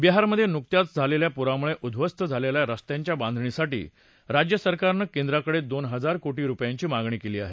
बिहारमध्ये नुकत्याच आलेल्या पुरामुळे उद्दवस्त झालेल्या रस्त्यांच्या बांधणीसाठी राज्य सरकारनं केन्दाक़डे दोन हजार कोटी रुपयांची मागणी केली आहे